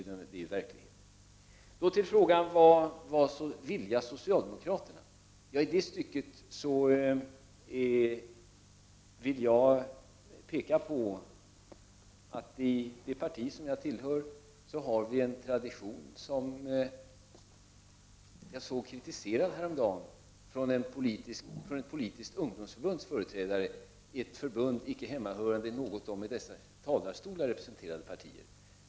Jan-Erik Wikström frågade vad socialdemokraterna vilja. I det stycket vill jag peka på att vi i det parti som jag tillhör har en tradition, som kritiserades häromdagen av ett politiskt ungdomförbunds företrädare — ett förbund icke hemmahörande i något av de i dessa talarstolar representerade partierna.